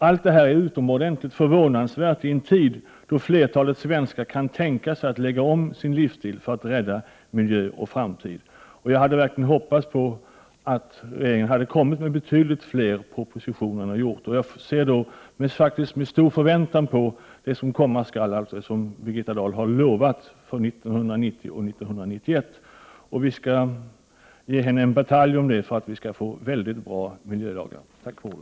Detta är utomordentligt förvånansvärt i en tid då flertalet svenskar kan tänka sig att lägga om sin livsstil för att rädda miljön och framtiden. Jag hade verkligen hoppats att regeringen skulle komma fram med betydligt fler propositioner än vad den har gjort. Jag ser med stor förväntan fram emot det som Birgitta Dahl har lovat för 1990 och 1991. Vi skall ge henne en batalj om det för att vi skall få väldigt bra miljölagar. Tack för ordet.